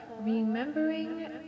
remembering